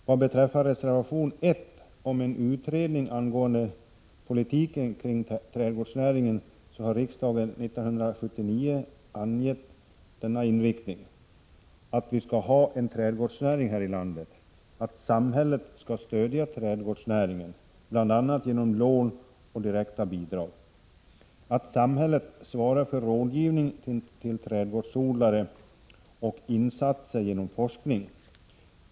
Vad beträffar reservation nr 1 om en utredning angående politiken kring trädgårdsnäringen så har riksdagen 1979 angett denna inriktning: att vi skall ha en trädgårdsnäring här i landet, att samhället skall stödja trädgårdsnäringen, bl.a. genom lån och direkta bidrag, att samhället svarar för rådgivning till trädgårdsodlare och insatser genom forskning.